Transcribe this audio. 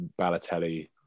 Balotelli